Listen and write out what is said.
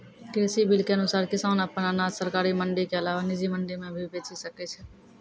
कृषि बिल के अनुसार किसान अप्पन अनाज सरकारी मंडी के अलावा निजी मंडी मे भी बेचि सकै छै